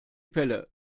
pelle